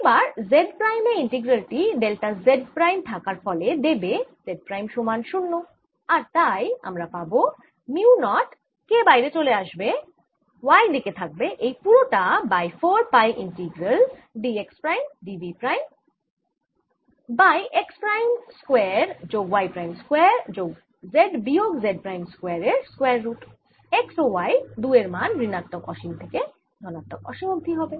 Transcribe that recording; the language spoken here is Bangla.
এবার Z প্রাইম এ ইন্টিগ্রাল টি ডেল্টা Z প্রাইম থাকার ফলে দেবে Z প্রাইম সমান 0 আর তাই আমরা পাবো মিউ নট K বাইরে চলে আসবে Y দিক থাকবে এই পুরোটা by 4 pi integral d x prime d y prime by x prime square যোগ y প্রাইম স্কয়ার যোগ z বিয়োগ z প্রাইম স্কয়ার এর স্কয়ার রুট x ও y দুইয়ের মান ঋণাত্মক অসীম থেকে ধনাত্মক অসীম অবধি হবে